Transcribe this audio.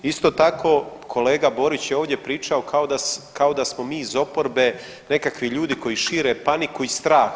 Isto tako kolega Borić je ovdje pričao kada da smo mi iz oporbe nekakvi ljudi koji šire paniku i strah.